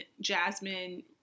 Jasmine